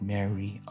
Mary